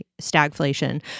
stagflation